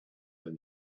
when